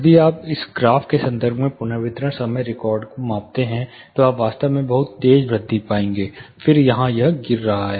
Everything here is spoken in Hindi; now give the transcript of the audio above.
यदि आप एक ग्राफ के संदर्भ में पुनर्वितरण समय रिकॉर्ड को मापते हैं तो आप वास्तव में एक बहुत तेज वृद्धि पाएंगे और फिर यहां गिर रहा है